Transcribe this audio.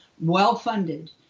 well-funded